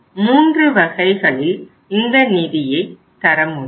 மூன்று வகைகளில் இந்த நிதியை தர முடியும்